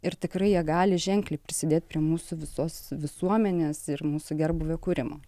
ir tikrai jie gali ženkliai prisidėti prie mūsų visos visuomenės ir mūsų gerbūvio kūrimo